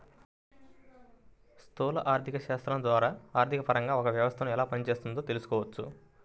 స్థూల ఆర్థికశాస్త్రం ద్వారా ఆర్థికపరంగా ఒక వ్యవస్థను ఎలా పనిచేస్తోందో తెలుసుకోవచ్చు